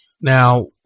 Now